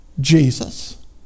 Jesus